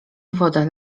wodę